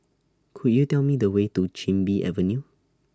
Could YOU Tell Me The Way to Chin Bee Avenue